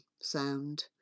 sound